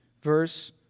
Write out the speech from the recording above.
verse